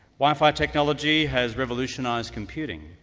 wifi technology has revolutionised computing,